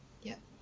yup